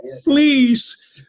please